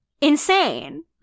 Insane